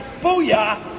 Booyah